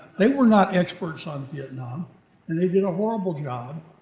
they were not experts on vietnam and they did a horrible job.